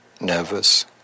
nervous